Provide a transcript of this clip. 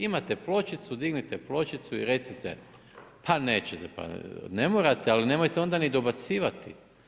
Imate pločicu, dignite pločicu i recite, pa nećete, pa ne morate ali nemojte onda ni dobacivati.